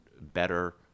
better